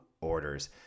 orders